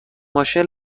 ماشین